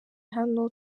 hano